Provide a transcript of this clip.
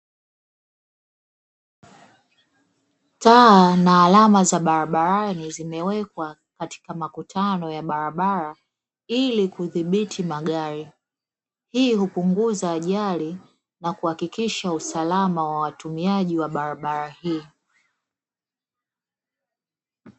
Taa na alama za barabarani zimewekwa katika makutano ya barabara ili kudhibiti magari, hii hupunguza ajali na kuhakikisha usalama wa watumiaji wa barabara hii.